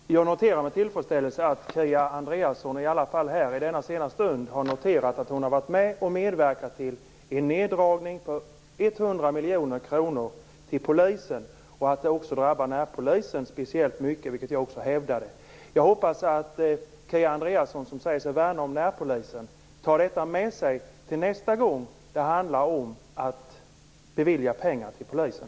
Herr talman! Jag noterar med tillfredsställelse att Kia Andreasson i denna sena stund har noterat att hon har varit med och medverkat till en neddragning med 100 miljoner kronor till polisen, och att detta drabbar närpolisen speciellt mycket. Detta hävdade också jag. Jag hoppas att Kia Andreasson, som säger sig värna närpolisen, tar detta med sig till nästa gång det handlar om att bevilja pengar till polisen.